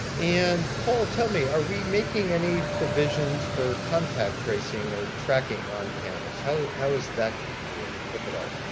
and paul, tell me, are we making any provisions for contact tracing or tracking on campus? how how is that going to work, if at all?